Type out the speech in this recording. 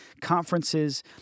conferences